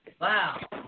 Wow